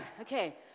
Okay